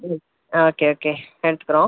ம் ஆ okay okay thanks bro